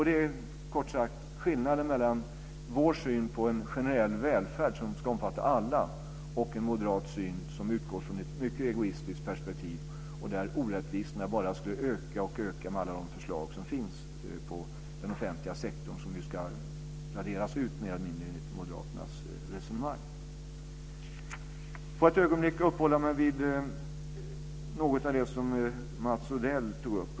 Det är kort sagt skillnaden mellan vår syn på en generell välfärd som ska omfatta alla och en moderat syn som utgår från ett mycket egoistiskt perspektiv och där orättvisorna bara skulle öka och öka med alla de förslag som finns rörande den offentliga sektorn - som ju mer eller mindre ska raderas ut enligt moderaternas resonemang. Låt mig ett ögonblick uppehålla mig vid något av det som Mats Odell tog upp.